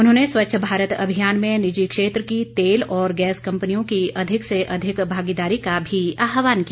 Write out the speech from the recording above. उन्होंने स्वच्छ भारत अभियान में निजी क्षेत्र की तेल और गैस कंपनियों की अधिक से अधिक भागीदारी का भी आह्वान किया